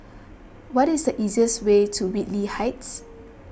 what is the easiest way to Whitley Heights